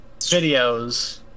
videos